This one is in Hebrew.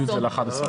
הורידו את זה ל-11.